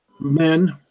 men